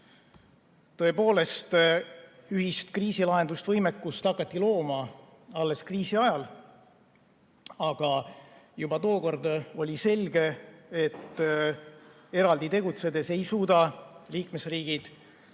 tõepoolest, ühist kriisilahendusvõimekust hakati looma alles kriisi ajal. Aga juba tookord oli selge, et eraldi tegutsedes ei suuda kõik liikmesriigid